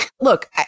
look